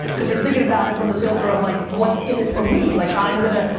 cause you're thinkin about it from the filter of like, what's in it for me, like i'm gonna,